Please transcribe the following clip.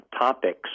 topics